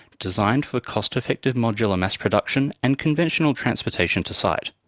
designed for cost-effective modular mass production and conventional transportation to site.